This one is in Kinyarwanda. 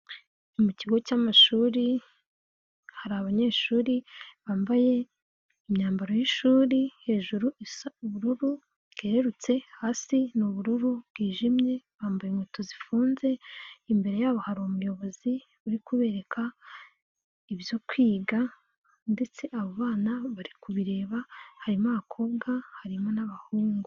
Mu kigo cy'amashuri hari abanyeshuri bambaye imyambaro y'ishuri, hejuru isa ubururu bwerurutse, hasi n'ubururu bwijimye, bambaye inkweto zifunze, imbere yabo hari umuyobozi uri kubereka ibyo kwiga ndetse abo bana bari kubireba, harimo akobwa harimo n'abahungu.